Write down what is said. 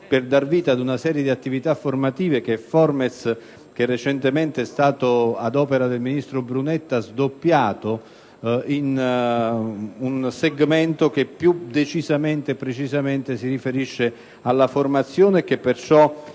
per dar vita ad una serie di attività formative che il Formez - che recentemente è stato, ad opera del ministro Brunetta, sdoppiato con l'istituzione di un segmento che più decisamente e precisamente si riferisce alla formazione, e che perciò